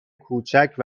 کوچک